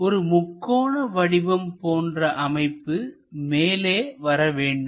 ஒரு முக்கோண வடிவம் போன்ற அமைப்பு மேலே வர வேண்டும்